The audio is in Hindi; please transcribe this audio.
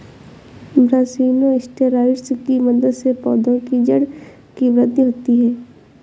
ब्रासिनोस्टेरॉइड्स की मदद से पौधों की जड़ की वृद्धि होती है